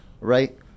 right